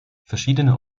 verschiedene